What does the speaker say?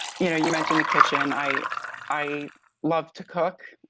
you know you mentioned the kitchen. i i love to cook,